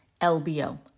LBO